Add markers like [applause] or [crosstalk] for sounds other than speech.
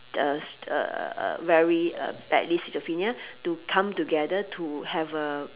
[noise] uh uh uh very uh badly schizophrenia to come together to have a